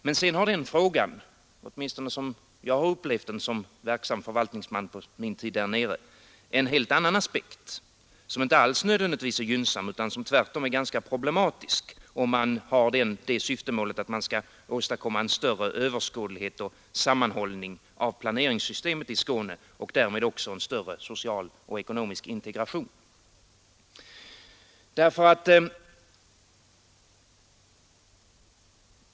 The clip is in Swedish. Men sedan har den frågan, åtminstone som jag på sin tid upplevde den som verksam förvaltningsman där nere, en helt annan aspekt som inte alls nödvändigtvis är gynnsam utan som tvärtom är ganska problematisk, om man har syftet att åstadkomma en större överskådlighet och sammanhållning av planeringssystemet i Skåne och därmed också en större social och ekonomisk integration.